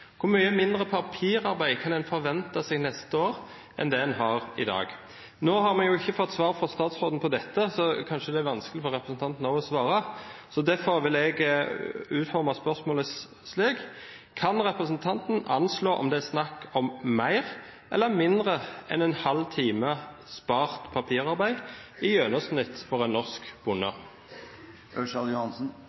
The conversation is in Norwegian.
Hvor mye mindre papirarbeid kan man forvente seg neste år enn det man har i dag? Vi har ikke fått svar fra statsråden på dette, så kanskje det også er vanskelig for representanten å svare. Derfor vil jeg utforme spørsmålet slik: Kan representanten anslå om det er snakk om i gjennomsnitt mer eller mindre enn en halv time spart papirarbeid for en norsk bonde?